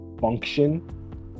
function